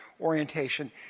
orientation